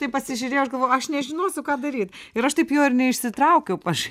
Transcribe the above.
taip pasižiūrėjau aš galvojau aš nežinosiu ką daryt ir aš taip jo ir neišsitraukiau aš